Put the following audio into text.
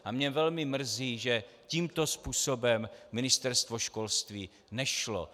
A mě velmi mrzí, že tímto způsobem Ministerstvo školství nešlo.